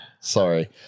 sorry